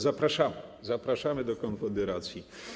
Zapraszamy - zapraszamy do Konfederacji.